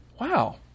wow